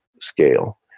scale